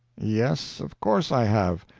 yes, of course i have.